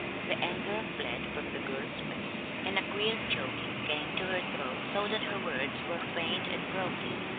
the anger fled from the girl's face, and a queer choking came to her throat so that her words were faint and broken.